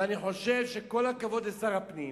ואני חושב שכל הכבוד לשר הפנים.